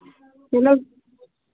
चलो